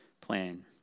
plan